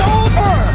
over